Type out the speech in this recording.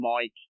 Mike